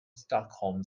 stockholm